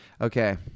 Okay